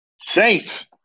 Saints